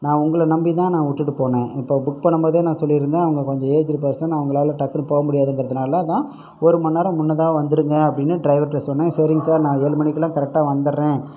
நான் உங்களை நம்பிதான் நான் விட்டுட்டு போனேன் இப்போ புக் பண்ணும்போதே நான் சொல்லியிருந்தேன் அவங்க கொஞ்சம் ஏஜிடு பர்சன் அவங்களால் டக்குன்னு போகமுடியாதுங்கறதனால் தான் ஒரு மணிநேரம் முன்னதாகவே வந்துடுங்க அப்படின்னு ட்ரைவர்கிட்ட சொன்னேன் சரிங்க சார் நான் ஏழு மணிக்கெல்லாம் கரெக்ட்டாக வந்துடறேன்